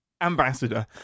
Ambassador